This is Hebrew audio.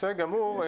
בסדר גמור.